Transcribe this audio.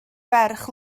ferch